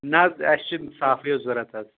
نہ حظ اَسہِ چھِ صافٕے حظ ضوٚرَتھ حظ